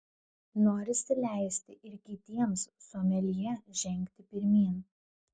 norisi leisti ir kitiems someljė žengti pirmyn